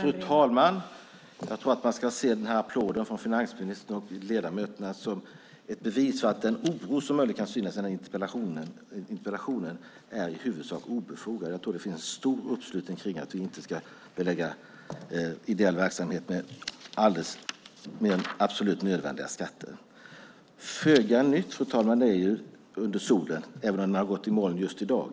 Fru talman! Jag tror att man ska se applåden från finansministern och ledamöterna som ett bevis för att den oro som finns i den här interpellationen i huvudsak är obefogad. Jag tror att det finns en stor uppslutning kring att vi inte ska belägga ideell verksamhet med mer än absolut nödvändiga skatter. Fru talman! Det är föga nytt under solen, även om den har gått i moln just i dag.